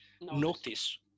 notice